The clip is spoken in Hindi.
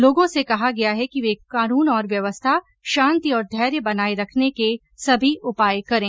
लोगों से कहा गया है कि वे कानून और व्यवस्था शान्ति और धैर्य बनाये रखने के सभी उपाय करें